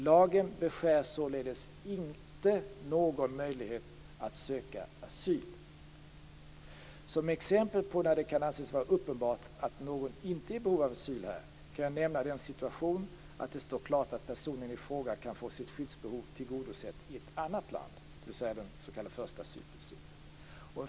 Lagen beskär således inte någon möjlighet att söka asyl. Som exempel på när det kan anses vara uppenbart att någon inte är i behov av asyl här kan jag nämna en situation där det står klart att personen i fråga kan få sitt skyddsbehov tillgodosett i ett annat land. Det handlar alltså om principen om första asylland.